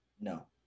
No